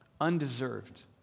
undeserved